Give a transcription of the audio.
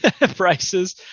prices